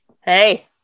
hey